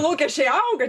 lūkesčiai auga